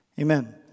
amen